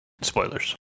spoilers